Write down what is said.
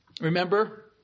Remember